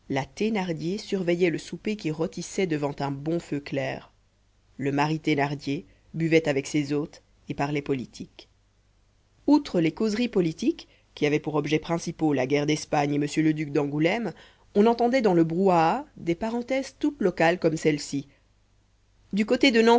surveillait le souper qui rôtissait devant un bon feu clair le mari thénardier buvait avec ses hôtes et parlait politique outre les causeries politiques qui avaient pour objets principaux la guerre d'espagne et mr le duc d'angoulême on entendait dans le brouhaha des parenthèses toutes locales comme celles-ci du côté de